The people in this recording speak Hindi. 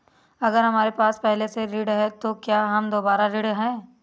अगर हमारे पास पहले से ऋण है तो क्या हम दोबारा ऋण हैं?